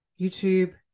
YouTube